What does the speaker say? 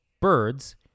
birds